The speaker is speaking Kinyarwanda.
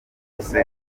bose